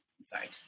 inside